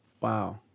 Wow